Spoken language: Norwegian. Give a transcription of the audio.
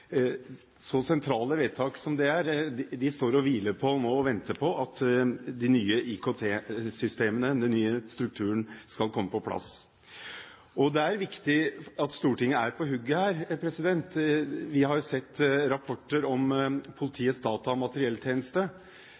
Så sentrale vedtak som dette venter nå på at den nye IKT-strukturen skal komme på plass. Det er viktig at Stortinget er på hugget her. Vi har sett rapporter om politiets data- og materielltjeneste